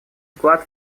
вклад